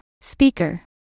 speaker